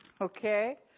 Okay